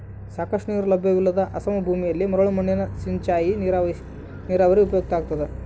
ಸಾಕಷ್ಟು ನೀರು ಲಭ್ಯವಿಲ್ಲದ ಅಸಮ ಭೂಮಿಯಲ್ಲಿ ಮರಳು ಮಣ್ಣಿನಲ್ಲಿ ಸಿಂಚಾಯಿ ನೀರಾವರಿ ಉಪಯುಕ್ತ ಆಗ್ತದ